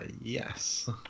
yes